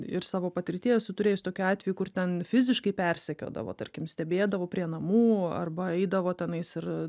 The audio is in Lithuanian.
ir savo patirty esu turėjus tokių atvejų kur ten fiziškai persekiodavo tarkim stebėdavo prie namų arba eidavo tenais ir